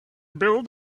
build